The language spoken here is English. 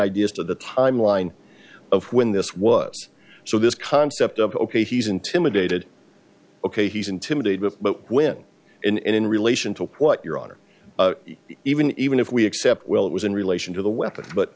idea as to the timeline of when this was so this concept of ok he's intimidated ok he's intimidated but when and in relation to what your honor even even if we accept well it was in relation to the weapons but